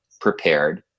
prepared